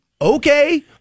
okay